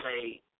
say